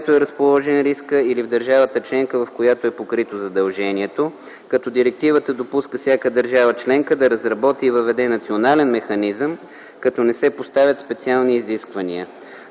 в която е разположен рискът или в държавата – членка, в която е покрито задължението, като директивата допуска всяка държава – членка да разработи и въведе национален механизъм, като не се поставят специални изисквания.